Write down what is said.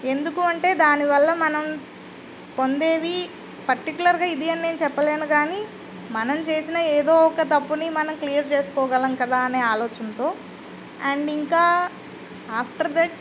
ఎందుకు అంటే దాని వల్ల మనం పొందేవి పర్టికులర్గా ఇది అని నేను చెప్పలేను కానీ మనం చేసిన ఏదో ఒక తప్పుని మనం క్లియర్ చేసుకోగలం కదా అనే ఆలోచనతో అండ్ ఇంకా ఆఫ్టర్ దట్